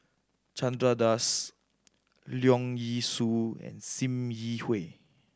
Chandra Das Leong Yee Soo and Sim Yi Hui